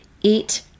eat